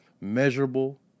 measurable